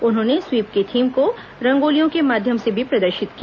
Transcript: उन्होंने स्वीप की थीम को रंगोलियों के माध्यम से भी प्रदर्शित किया